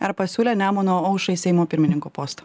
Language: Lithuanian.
ar pasiūlė nemuno aušrai seimo pirmininko postą